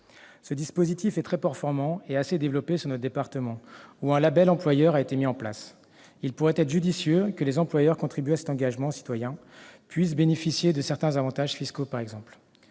Ce dispositif est très performant et assez développé sur notre département, où un label employeur a été mis en place. Il pourrait être judicieux que les employeurs qui contribuent à cet engagement citoyen puissent bénéficier de certains avantages, fiscaux par exemple.